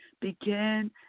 begin